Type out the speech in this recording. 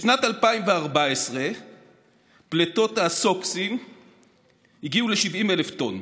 בשנת 2014 פליטות הסוקסים הגיעו ל-70,000 טון,